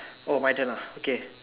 oh my turn ah okay